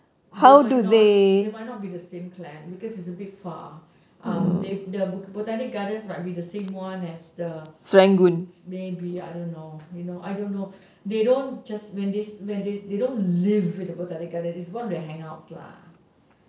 they might not they might not be the same clan because it's a bit far um the botanic gardens might be the same one as the maybe ya I don't know you know I don't know they don't just when they when they they don't just live in the botanic gardens it's one of their hangouts lah